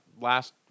last